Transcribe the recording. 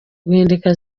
guhinduka